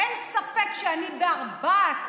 אין ספק שאני בארבעת